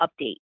update